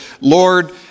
Lord